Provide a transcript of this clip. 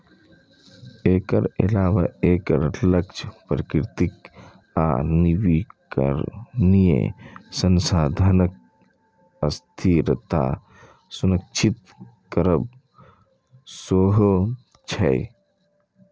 एकर अलावे एकर लक्ष्य प्राकृतिक आ नवीकरणीय संसाधनक स्थिरता सुनिश्चित करब सेहो छै